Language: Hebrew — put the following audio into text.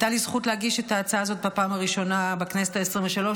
הייתה לי הזכות להגיש את ההצעה הזאת בפעם הראשונה בכנסת העשרים-ושלוש,